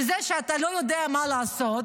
בזה שאתה לא יודע מה לעשות?